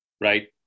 right